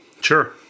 Sure